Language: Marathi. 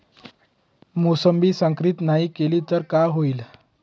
मोसंबी संकरित नाही केली तर काय होईल?